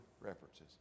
references